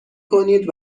کنید